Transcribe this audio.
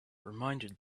reminded